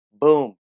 Boom